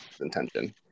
intention